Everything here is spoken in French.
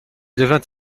devient